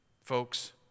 folks